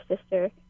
sister